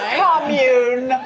commune